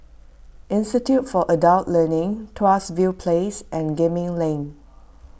Institute for Adult Learning Tuas View Place and Gemmill Lane